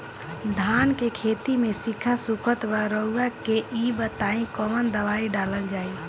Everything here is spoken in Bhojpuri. धान के खेती में सिक्का सुखत बा रउआ के ई बताईं कवन दवाइ डालल जाई?